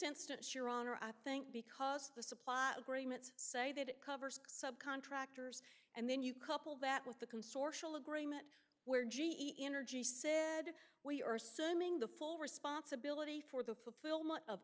instance your honor i think because the supply agreements say that it covers subcontractors and then you couple that with the consortia legroom and where g e energy said we are sending the full responsibility for the fulfillment of